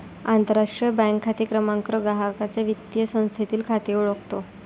आंतरराष्ट्रीय बँक खाते क्रमांक ग्राहकाचे वित्तीय संस्थेतील खाते ओळखतो